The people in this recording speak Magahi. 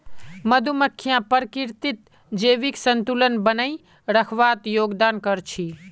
मधुमक्खियां प्रकृतित जैविक संतुलन बनइ रखवात योगदान कर छि